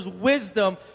wisdom